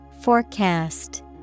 Forecast